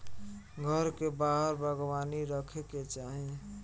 घर के बाहर बागवानी रखे के चाही